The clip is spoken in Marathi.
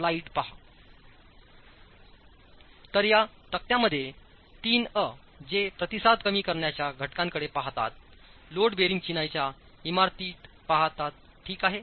तरया तक्त्यामध्ये3अजे प्रतिसाद कमी करण्याच्या घटकांकडे पाहतात लोड बेअरिंग चिनाईच्या इमारती पाहतात ठीक आहे